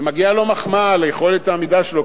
מגיעה לו מחמאה על יכולת העמידה שלו,